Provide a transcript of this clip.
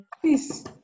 Please